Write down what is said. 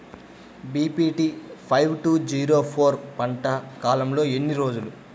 BPT five two zero four పంట కాలంలో ఎన్ని రోజులు?